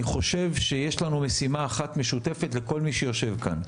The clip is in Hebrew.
אני חושב שיש לנו משימה אחת משותפת לכל מי שיושב כאן,